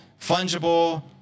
fungible